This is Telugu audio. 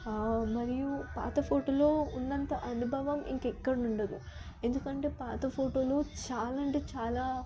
మరియు పాత ఫోటోలో ఉన్నంత అనుభవం ఇంకెక్కడ ఉండదు ఎందుకంటే పాత ఫోటోలు చాలా అంటే చాలా